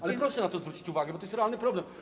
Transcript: Ale proszę na to zwrócić uwagę, bo to jest realny problem.